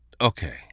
Okay